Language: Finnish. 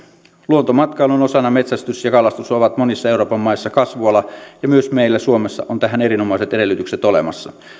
luontomatkailun osana metsästys ja kalastus ovat monissa euroopan maissa kasvuala ja myös meillä suomessa on tähän erinomaiset edellytykset olemassa